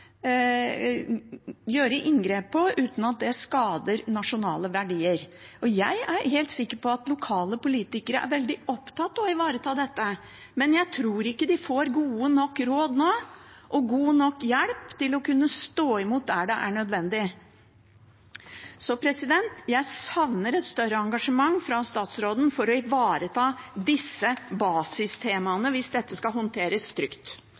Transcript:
gjøre inngrep i uten at det skader nasjonale verdier. Jeg er helt sikker på at lokale politikere er veldig opptatt av å ivareta dette, men jeg tror ikke de nå får gode nok råd og god nok hjelp til å kunne stå imot der det er nødvendig. Jeg savner et større engasjement fra statsråden for å ivareta disse basistemaene hvis dette skal håndteres